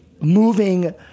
moving